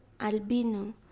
albino